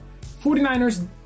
49ers